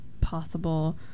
possible